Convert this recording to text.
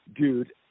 dude